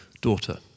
daughter